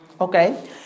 Okay